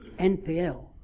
NPL